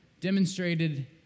demonstrated